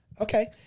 Okay